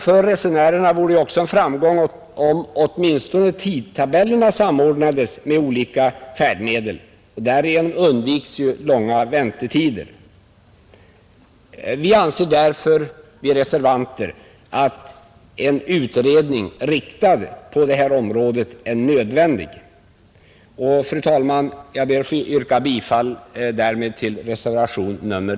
För resenärerna vore det också en framgång om åtminstone tidtabellerna samordnades med olika färdmedel. Därigenom undviks ju långa väntetider. Vi reservanter anser därför att en utredning på detta område är nödvändig. Fru talman! Jag ber därmed att få yrka bifall till reservation 3.